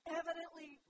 evidently